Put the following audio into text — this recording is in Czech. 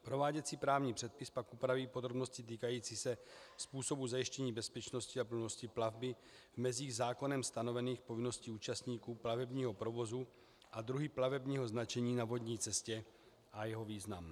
Prováděcí právní předpis pak upraví podrobnosti týkající se způsobu zajištění bezpečnosti a plynulosti plavby v mezích zákonem stanovených povinností účastníků plavebního provozu a druhy plavebního značení na vodní cestě a jeho význam.